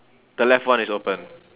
the left one is open